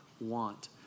want